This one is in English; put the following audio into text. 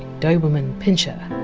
doberman pinscher.